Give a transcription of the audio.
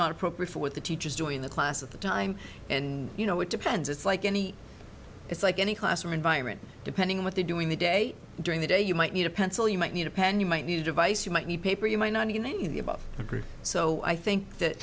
not appropriate for what the teachers do in the class at the time and you know it depends it's like any it's like any classroom environment depending on what they're doing the day during the day you might need a pencil you might need a pen you might need a device you might need paper you might not even need the above a group so i think that